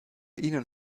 ihnen